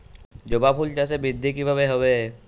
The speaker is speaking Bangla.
জবা ফুল চাষে বৃদ্ধি কিভাবে হবে?